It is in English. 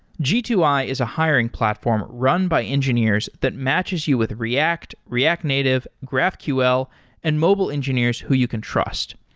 g two i is a hiring platform run by engineers that matches you with react, react native, graphql and mobile engineers who you can trust.